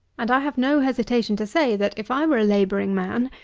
and i have no hesitation to say, that if i were a labouring man,